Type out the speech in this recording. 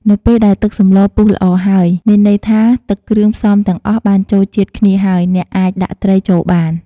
នៅពេលដែល ទឹកសម្លពុះល្អ ហើយ មានន័យថាទឹកគ្រឿងផ្សំទាំងអស់បានចូលជាតិគ្នាហើយ អ្នកអាច ដាក់ត្រីចូលបាន។